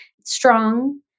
strong